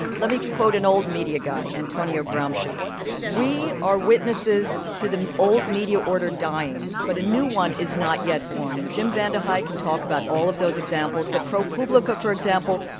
let me quote an old media guy, antonio gramsci we are witnesses to the old media order dying. but a new one is not yet born. and jim vandehei can talk about all of those examples. examples. but propublica, for example,